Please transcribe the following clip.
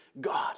God